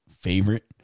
favorite